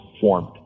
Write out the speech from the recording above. formed